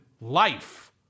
life